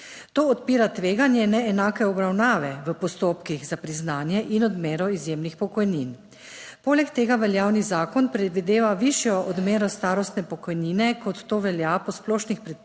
To odpira tveganje neenake obravnave v postopkih za priznanje in odmero izjemnih pokojnin. Poleg tega veljavni zakon predvideva višjo odmero starostne pokojnine kot to velja po splošnih predpisih